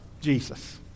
Jesus